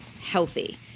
healthy